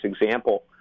example